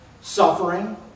suffering